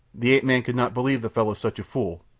the ape-man could not believe the fellow such a fool,